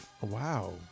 Wow